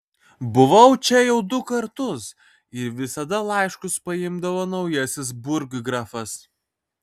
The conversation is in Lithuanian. buvau čia jau du kartus ir visada laiškus paimdavo naujasis burggrafas